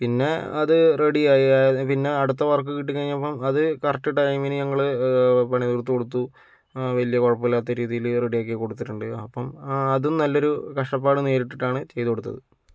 പിന്നെ അത് റെഡിയായി പിന്നെ അടുത്ത വർക്ക് കിട്ടിക്കഴിഞ്ഞപ്പോൾ അത് കറക്ട് ടൈമിന് ഞങ്ങള് പണി തീർത്തുകൊടുത്തു വലിയ കുഴപ്പമില്ലാത്ത രീതിയിൽ റെഡിയാക്കി കൊടുത്തിട്ടുണ്ട് അപ്പോൾ അതും നല്ലൊരു കഷ്ടപ്പാട് നേരിട്ടിട്ടാണ് ചെയ്ത് കൊടുത്തത്